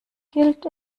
gilt